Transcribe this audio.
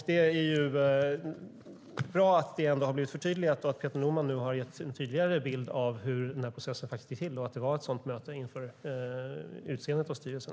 Det är bra att det har blivit förtydligat, att Peter Norman nu har gett en tydligare bild av hur denna process faktiskt gick till och att det var ett sådant möte inför utseendet av styrelsen.